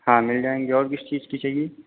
हाँ मिल जाएँगी और किस चीज़ की चाहिए